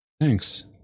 thanks